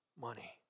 money